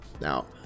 Now